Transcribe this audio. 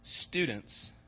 students